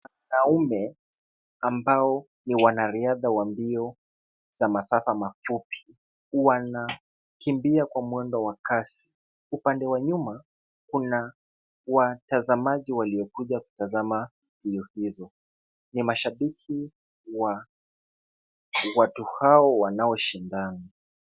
Wanaume ambao ni wanariadha wa mbio za masafa mafupi wanakimbia kwa mwendo wa kasi. Upande wa nyuma kuna watazamaji waliokuja kutazama mbio hizo. Ni mashabiki wa watu hao wanaoshindana.